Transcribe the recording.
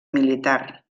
militar